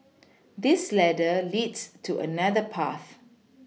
this ladder leads to another path